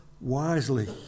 wisely